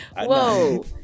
Whoa